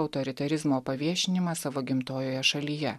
autoritarizmo paviešinimą savo gimtojoje šalyje